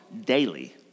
daily